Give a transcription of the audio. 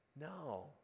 No